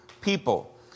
people